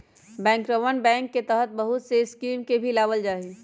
बैंकरवन बैंक के तहत बहुत से स्कीम के भी लावल जाहई